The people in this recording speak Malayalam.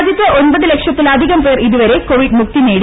രാജ്യത്ത് ഒൻപത് ലക്ഷത്തിലധികം പേർ ഇതുവരെ ന് കോവിഡ് മുക്തി നേടി